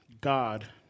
God